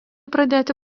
pradėti